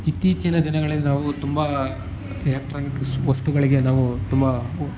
ಇತ್ತೀಚಿನ ದಿನಗಳಲ್ಲಿ ನಾವು ತುಂಬ ಎಲೆಕ್ಟ್ರಾನಿಕ್ಸ್ ವಸ್ತುಗಳಿಗೆ ನಾವು ತುಂಬ